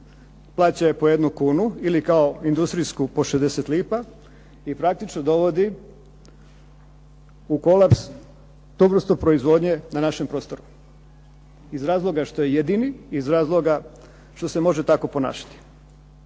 plaća je po jednu kunu ili kao industrijsku po 60 lipa i praktički dovodi u kolaps .../Govornik se ne razumije./... proizvodnje na našem prostoru iz razloga što je jedini, iz razloga što se može tako ponašati.